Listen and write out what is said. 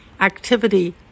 activity